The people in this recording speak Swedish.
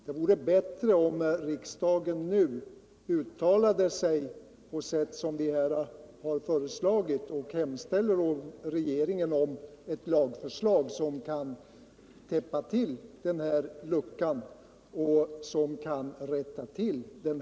Det vore bättre om riksdagen nu uttalade sig på sätt som vi har föreslagit och hemställde hos regeringen om ett lagförslag för att täppa till luckan i lagen, så att vi kan avskaffa den nuvarande orättvisan.